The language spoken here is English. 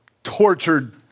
tortured